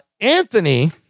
Anthony